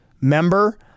member